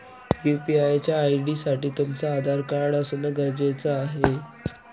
UPI च्या ID साठी तुमचं आधार कार्ड असण गरजेच आहे